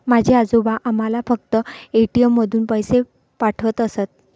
माझे आजोबा आम्हाला फक्त ए.टी.एम मधून पैसे पाठवत असत